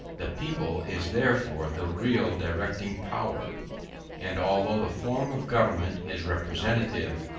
the people is therefore the real directing power and although the form of government is representative,